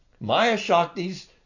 Maya-shakti's